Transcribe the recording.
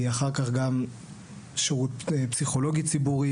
כי אחר כך גם שירות פסיכולוגי ציבורי